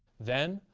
then,